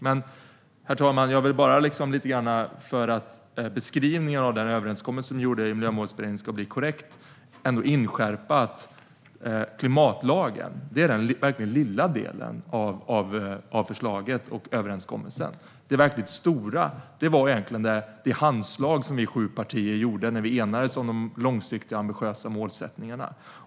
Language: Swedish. Men, herr talman, för att beskrivningen av den överenskommelse vi gjorde i Miljömålsberedningen ska bli korrekt vill jag ändå inskärpa att klimatlagen verkligen är den lilla delen av förslaget och överenskommelsen. Det verkligt stora var det handslag som vi sju partier gjorde när vi enades om de långsiktiga och ambitiösa målsättningarna.